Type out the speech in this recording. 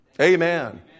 amen